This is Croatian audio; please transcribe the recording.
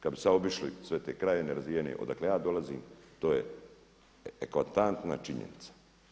Kad bi sad obišli sve krajeve, nerazvijene odakle ja dolazim to je eklatantna činjenica.